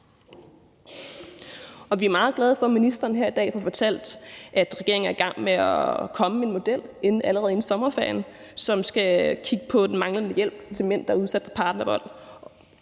Og vi er meget glade for, at ministeren her i dag får fortalt, at regeringen er i gang med at komme med en model allerede inden sommerferien, som skal kigge på den manglende hjælp til mænd, der er udsat for partnervold.